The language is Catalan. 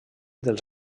dels